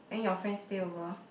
then your friends stay over